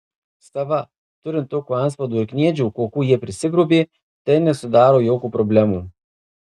sava turint tokių antspaudų ir kniedžių kokių jie prisigrobė tai nesudaro jokių problemų